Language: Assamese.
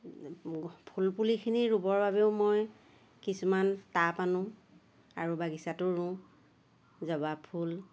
ফুল পুলিখিনি ৰুবৰ বাবেও মই কিছুমান টাব আনোঁ আৰু বাগিছাটো ৰুওঁ জৱাব ফুল